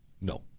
No